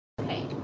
okay